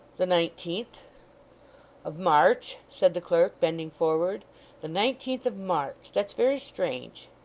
the nineteenth of march said the clerk, bending forward, the nineteenth of march that's very strange